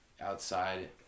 outside